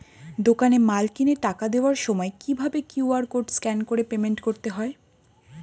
দোকানে মাল কিনে টাকা দেওয়ার সময় কিভাবে কিউ.আর কোড স্ক্যান করে পেমেন্ট করতে হয়?